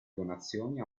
donazioni